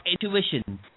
intuition